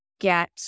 get